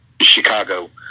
Chicago